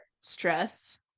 stress